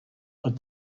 but